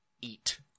eat